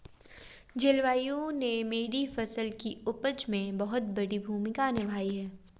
जलवायु ने मेरी फसल की उपज में बहुत बड़ी भूमिका निभाई